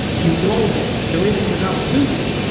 you know that there isn't enough to you,